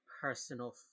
personal